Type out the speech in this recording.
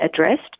addressed